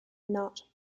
not